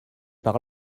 par